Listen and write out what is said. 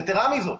יתרה מזאת,